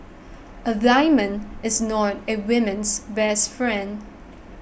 a diamond is not a women's best friend